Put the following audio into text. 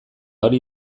hori